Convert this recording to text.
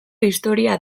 istorioa